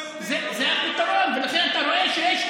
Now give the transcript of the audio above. שיעבור לחריש,